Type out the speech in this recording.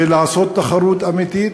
ולעשות תחרות אמיתית,